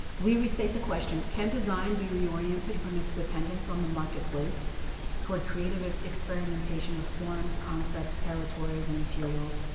we restate the question can design be reoriented from its dependence on the marketplace toward creative experimentation with forms, concepts, territories and materials?